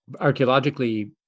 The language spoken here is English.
archaeologically